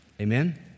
Amen